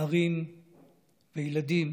נערים וילדים